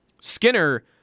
Skinner